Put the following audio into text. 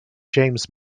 james